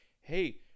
hey